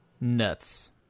Nuts